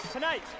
Tonight